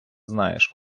знаєш